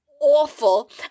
awful